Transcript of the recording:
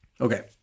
Okay